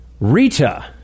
Rita